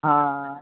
हां